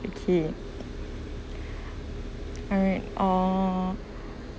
okay alright uh